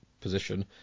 position